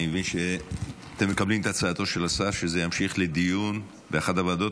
אני מבין שאתם מקבלים את הצעתו של השר שזה ימשיך לדיון באחת הוועדות.